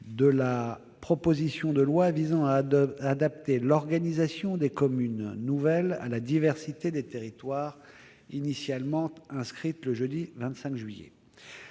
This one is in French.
de la proposition de loi visant à adapter l'organisation des communes nouvelles à la diversité des territoires, initialement inscrite le jeudi 25 juillet.